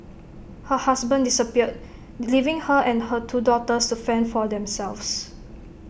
her husband disappeared leaving her and her two daughters to fend for themselves